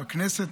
בכנסת,